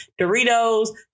Doritos